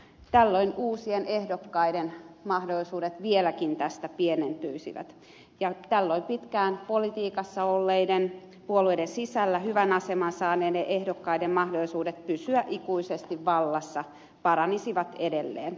tällöin uusien ehdokkaiden mahdollisuudet vieläkin tästä pienentyisivät ja tällöin pitkään politiikassa olleiden puolueiden sisällä hyvän aseman saaneiden ehdokkaiden mahdollisuudet pysyä ikuisesti vallassa paranisivat edelleen